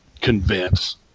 convince